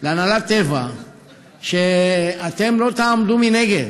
להנהלת טבע שאתם לא תעמדו מנגד.